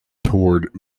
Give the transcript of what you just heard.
toured